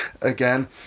again